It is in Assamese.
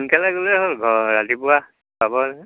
সোনকালে গ'লেই হ'ল ঘৰ ৰাতিপুৱা পাব